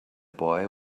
boy